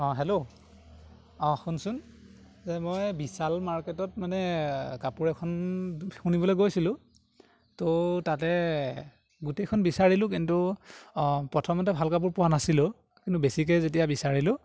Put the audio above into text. অঁ হেল্ল' অ শুনচোন মই বিশাল মাৰ্কেটত মানে কাপোৰ এখন কিনিবলৈ গৈছিলোঁ তো তাতে গোটেইখন বিচাৰিলোঁ কিন্তু অঁ প্ৰথমতে ভাল কাপোৰ পোৱা নাছিলোঁ কিন্তু বেছিকে যেতিয়া বিচাৰিলোঁ